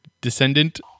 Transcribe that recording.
descendant